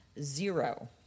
Zero